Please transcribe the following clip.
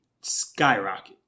skyrocket